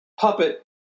puppet